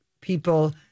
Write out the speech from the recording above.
people